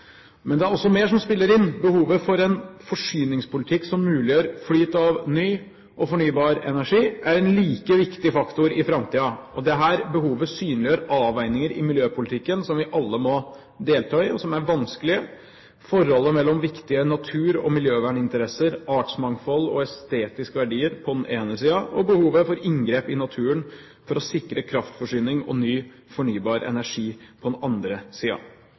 Men det er også mer som spiller inn. Behovet for en forsyningspolitikk som muliggjør flyt av ny fornybar energi er en like viktig faktor i framtiden. Og dette behovet synliggjør avveininger i miljøpolitikken som vi alle må delta i, og som er vanskelige: forholdet mellom viktige natur- og miljøverninteresser, artsmangfold og estetiske verdier på den ene siden og behovet for inngrep i naturen for å sikre kraftforsyning og ny fornybar energi på den andre